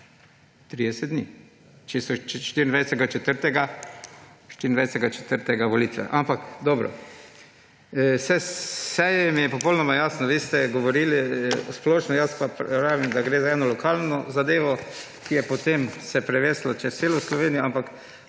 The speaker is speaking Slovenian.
30 dni, če so 24. 4. volitve. Ampak dobro. Saj mi je popolnoma jasno, vi ste govorili na splošno, jaz pa pravim, da gre za eno lokalno zadevo, ki se je potem prevesila čez celo Slovenijo. Tu